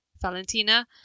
Valentina